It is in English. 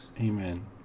Amen